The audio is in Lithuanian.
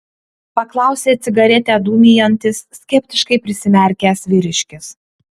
paklausė cigaretę dūmijantis skeptiškai prisimerkęs vyriškis